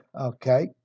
Okay